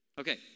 okay